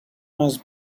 has